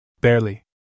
Barely